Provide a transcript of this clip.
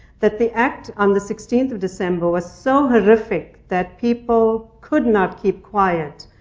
that the act on the sixteenth of december was so horrific that people could not keep quiet.